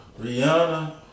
Rihanna